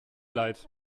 leid